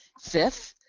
fifth,